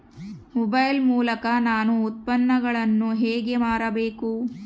Mobile ಮೂಲಕ ನಾನು ಉತ್ಪನ್ನಗಳನ್ನು ಹೇಗೆ ಮಾರಬೇಕು?